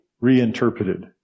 reinterpreted